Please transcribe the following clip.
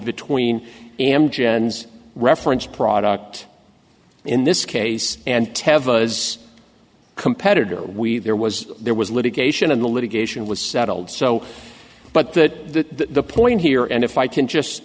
between am gen's reference product in this case and tev a as a competitor we there was there was litigation and the litigation was settled so but that the point here and if i can just